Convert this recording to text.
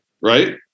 right